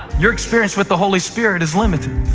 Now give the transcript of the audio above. your experience with the holy spirit is limited.